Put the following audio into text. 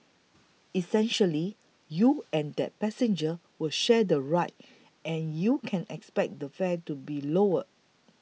essentially you and that passenger will share the ride and you can expect the fare to be lower